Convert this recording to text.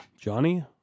Johnny